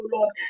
Lord